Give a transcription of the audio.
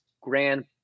grand